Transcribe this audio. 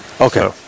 Okay